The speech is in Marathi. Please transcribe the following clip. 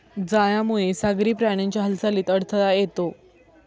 जाळ्यामुळे सागरी प्राण्यांच्या हालचालीत अडथळा येतो